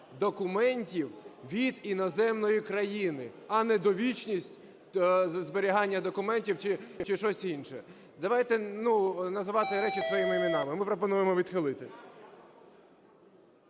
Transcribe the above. документів від іноземної країни, а не довічність зберігання документів чи щось інше. Давайте називати речі своїми іменами. Ми пропонуємо відхилити.